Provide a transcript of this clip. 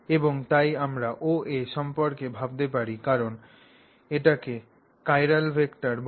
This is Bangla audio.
এবং তাই আমরা OA সম্পর্কে ভাবতে পারি কারণ এটিকে চিরাল ভেক্টর বলে